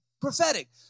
prophetic